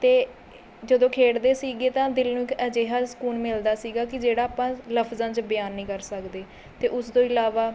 ਅਤੇ ਜਦੋਂ ਖੇਡਦੇ ਸੀਗੇ ਤਾਂ ਦਿਲ ਨੂੰ ਇੱਕ ਅਜਿਹਾ ਸਕੂਨ ਮਿਲਦਾ ਸੀਗਾ ਕਿ ਜਿਹੜਾ ਆਪਾਂ ਲਫ਼ਜਾਂ 'ਚ ਬਿਆਨ ਨਹੀਂ ਕਰ ਸਕਦੇ ਅਤੇ ਉਸਤੋਂ ਇਲਾਵਾ